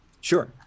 Sure